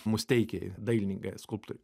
musteikiai dailininkai skulptoriai